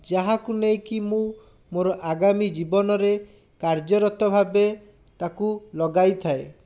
ଯାହାକୁ ନେଇକି ମୁଁ ମୋର ଆଗାମୀ ଜୀବନରେ କାର୍ଯ୍ୟରତ ଭାବେ ତାକୁ ଲଗାଇଥାଏ